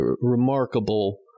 remarkable